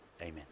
Amen